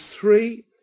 three